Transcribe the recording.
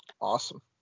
Awesome